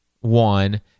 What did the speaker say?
one